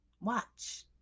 watch